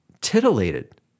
titillated